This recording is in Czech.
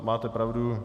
Máte pravdu.